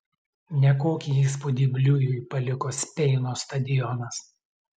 nekokį įspūdį bliujui paliko speino stadionas